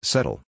Settle